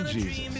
Jesus